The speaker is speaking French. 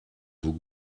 vos